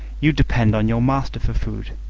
you depend on your master for food,